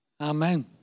Amen